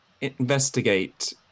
investigate